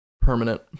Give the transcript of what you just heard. permanent